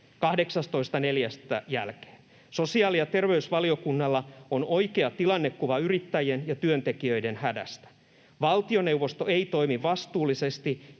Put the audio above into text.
18.4. jälkeen. Sosiaali- ja terveysvaliokunnalla on oikea tilannekuva yrittäjien ja työntekijöiden hädästä. Valtioneuvosto ei toimi vastuullisesti,